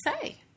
say